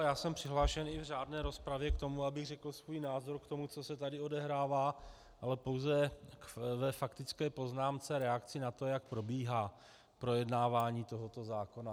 Já jsem přihlášen i v řádné rozpravě k tomu, abych řekl svůj názor k tomu, co se tady odehrává, ale pouze ve faktické poznámce reakci na to, jak probíhá projednávání tohoto zákona.